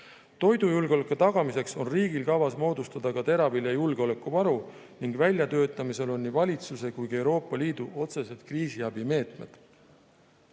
Toidujulgeoleku tagamiseks on riigil kavas moodustada teravilja julgeolekuvaru ning väljatöötamisel on nii valitsuse kui ka Euroopa Liidu otsesed kriisiabimeetmed. Aga